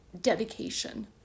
dedication